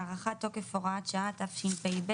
הארכת תוקף הוראת שעה תשפ"ב-2021.